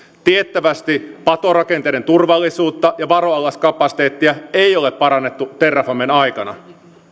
tiettävästi patorakenteiden turvallisuutta ja varoallaskapasiteettia ei ole parannettu terrafamen aikana